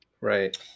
Right